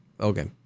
Okay